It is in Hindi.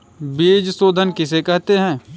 बीज शोधन किसे कहते हैं?